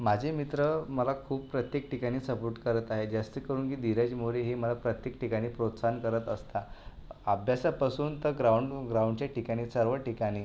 माझे मित्र मला खूप प्रत्येक ठिकाणी सपोर्ट करत आहे जास्त करून की धीरज मोरे हे मला प्रत्येक ठिकाणी प्रोत्साहन करत असतात अभ्यासापासून तर ग्राऊंड ग्राऊंडच्या ठिकाणी सर्व ठिकाणी